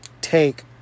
take